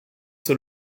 zur